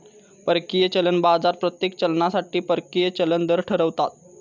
परकीय चलन बाजार प्रत्येक चलनासाठी परकीय चलन दर ठरवता